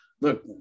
look